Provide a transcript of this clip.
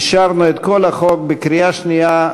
אישרנו את כל החוק בקריאה שנייה.